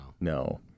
No